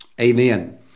Amen